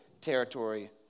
territory